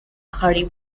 hardy